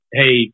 hey